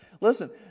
Listen